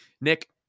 Nick